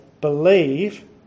believe